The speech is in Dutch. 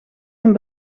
een